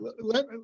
let